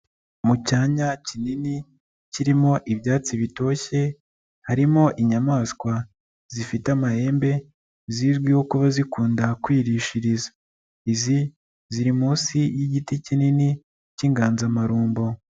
Mu cyanya kinini, kirimo ibyatsi bitoshye, harimo inyamaswa zifite amahembe zizwiho kuba zikunda kwirishiriza. Izi ziri munsi y'igiti kinini cy'inganzamarumbo.